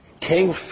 came